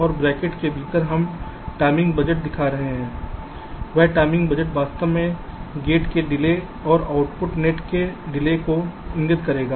और ब्रैकेट के भीतर हम टाइमिंग बजट दिखा रहे हैं वह टाइमिंग बजट वास्तव में गेट के विलंब और आउटपुट नेट के विलंब को इंगित करेगा